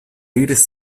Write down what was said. iris